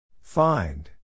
Find